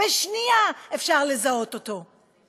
בשנייה אפשר לזהות אותו.